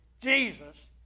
Jesus